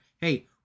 Hey